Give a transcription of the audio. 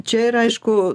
čia yra aišku